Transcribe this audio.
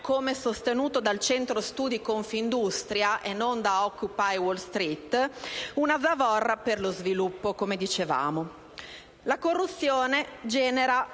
come sostenuto dal Centro studi di Confindustria (e non da Occupy Wall Street) una zavorra per lo sviluppo, come dicevamo. La corruzione genera